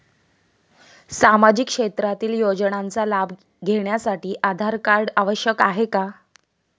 सामाजिक क्षेत्रातील योजनांचा लाभ घेण्यासाठी आधार कार्ड आवश्यक आहे का?